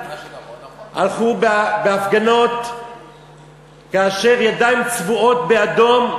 הלכו בהפגנות כאשר ידיים צבועות באדום,